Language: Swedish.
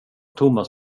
thomas